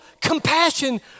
compassion